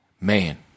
Man